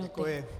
Děkuji.